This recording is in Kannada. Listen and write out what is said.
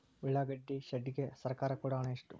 ಉಳ್ಳಾಗಡ್ಡಿ ಶೆಡ್ ಗೆ ಸರ್ಕಾರ ಕೊಡು ಹಣ ಎಷ್ಟು?